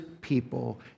people